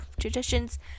Traditions